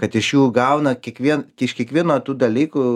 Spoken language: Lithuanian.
kad iš jų gauna kiekvien iš kiekviena tų dalykų